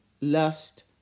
lust